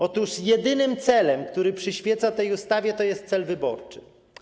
Otóż jedynym celem, który przyświeca tej ustawie, jest cel wyborczy.